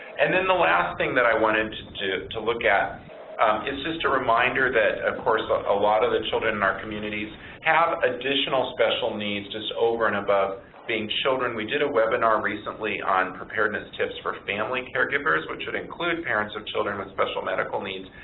and then the last thing that i wanted to to look at it's just a reminder that, of course, ah a lot of the children in our communities have additional special needs just over and above being children. we did a webinar recently on preparedness tips for family caregivers, which would include parents of children with special medical needs.